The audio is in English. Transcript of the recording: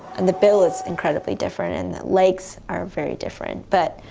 and the bill is incredibly different and the legs are very different but